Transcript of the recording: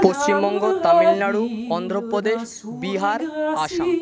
Paschimbanga Tamil Nadu Andhra Pradesh Bihar Assam